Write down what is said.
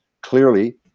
clearly